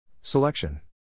Selection